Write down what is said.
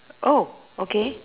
oh okay